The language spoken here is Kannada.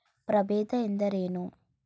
ಪ್ರಭೇದ ಎಂದರೇನು?